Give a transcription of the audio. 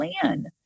plan